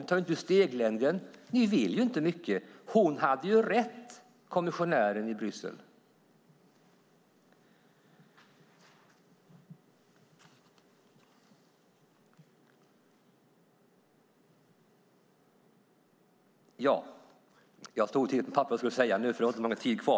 Ni tar inte ut steglängden. Ni vill inte mycket. Hon hade rätt, kommissionären i Bryssel.